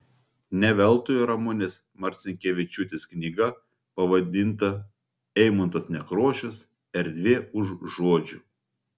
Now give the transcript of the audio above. ne veltui ramunės marcinkevičiūtės knyga pavadinta eimuntas nekrošius erdvė už žodžių